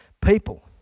people